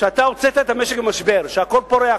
שאתה הוצאת את המשק ממשבר, שהכול פורח.